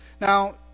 Now